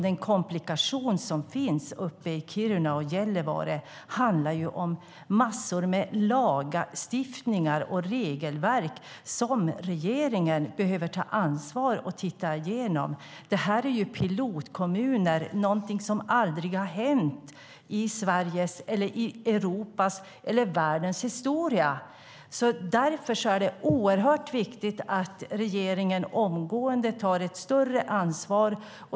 Den komplikation som finns i Kiruna och Gällivare handlar ju om massor med lagstiftning och regelverk som regeringen behöver ta ansvar för och titta igenom. Det här är pilotkommuner, där det händer någonting som aldrig tidigare har hänt i Sveriges, Europas eller världens historia. Därför är det oerhört viktigt att regeringen omgående tar ett större ansvar.